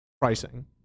pricing